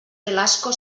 velasco